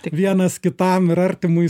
tik vienas kitam ir artimui